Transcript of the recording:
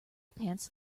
pants